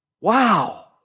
Wow